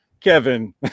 Kevin